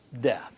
death